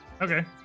Okay